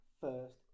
first